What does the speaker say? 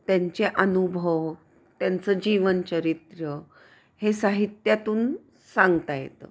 त्यांचे अनुभव त्यांचं जीवन चरित्र हे साहित्यातून सांगता येतं